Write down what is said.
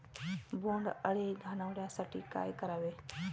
बोंडअळी घालवण्यासाठी काय करावे?